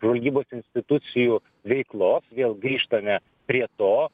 žvalgybos institucijų veiklos vėl grįžtame prie to